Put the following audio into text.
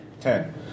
Ten